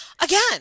Again